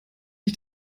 ich